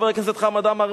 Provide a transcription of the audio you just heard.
חבר הכנסת חמד עמאר.